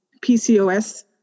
PCOS